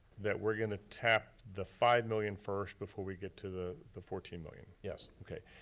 that we're gonna tap the five million first before we get to the the fourteen million. yes. okay,